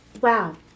Wow